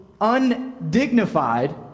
undignified